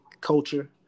culture